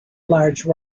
large